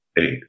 eight